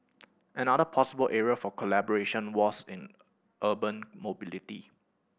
another possible area for collaboration was in urban mobility